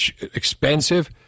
expensive